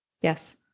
Yes